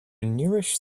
nourish